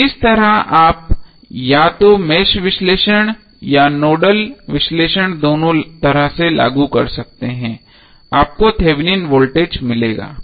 तो इस तरह आप या तो मेष विश्लेषण या नोडल विश्लेषण दोनों तरह से लागू करते हैं आपको थेनवेन वोल्टेज मिलेगा